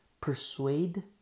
persuade